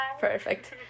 perfect